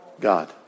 God